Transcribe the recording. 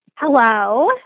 Hello